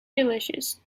delicious